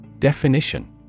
Definition